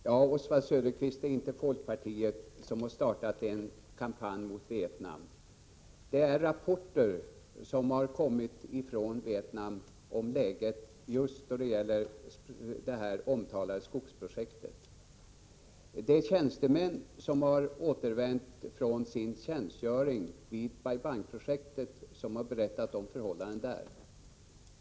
Herr talman! Det är inte folkpartiet, Oswald Söderqvist, som har startat en kampanj emot Vietnam. Det har kommit rapporter från Vietnam om läget vid just det omtalade skogsprojektet. Det är tjänstemän som har återvänt från sin tjänstgöring vid Bai Bang-projektet som har berättat om förhållandena där.